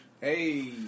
Hey